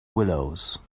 willows